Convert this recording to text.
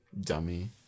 dummy